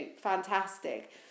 fantastic